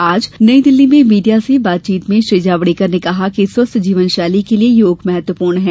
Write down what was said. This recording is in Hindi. आज नई दिल्ली में मीडिया से बातचीत में श्री जावड़ेकर ने कहा कि स्वस्थ जीवन शैली के लिए योग महत्वपूर्ण है